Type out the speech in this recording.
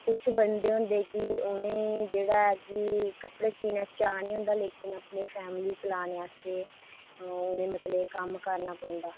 कुछ बंदे होंदे की उ'नेंगी जेह्ड़ा ऐ की कपड़े सीने दा चाऽ निं होंदा पर अपनी फैमिली चलाने आस्तै उ'नेंगी एह् मतलब कम्म करना पौंदा